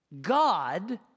God